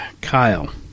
Kyle